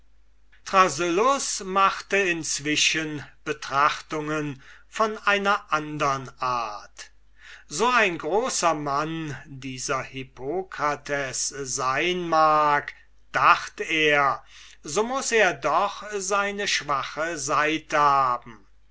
machte inzwischen betrachtungen von einer andern art so ein großer mann dieser hippokrates sein mag dacht er so muß er doch seine schwache seite haben